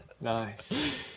Nice